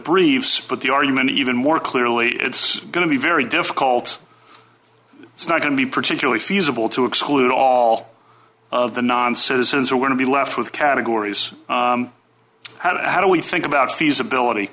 briefs but the argument even more clearly it's going to be very difficult it's not going to be particularly feasible to exclude all of the non citizens are going to be left with categories how to how do we think about feasibility